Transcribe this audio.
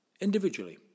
individually